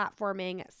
platforming